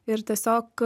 ir tiesiog